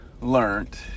learned